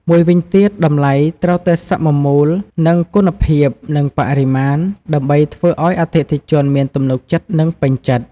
មួយវិញទៀត តម្លៃត្រូវតែសមមូលនឹងគុណភាព និងបរិមាណ ដើម្បីធ្វើឱ្យអតិថិជនមានទំនុកចិត្ត និងពេញចិត្ត។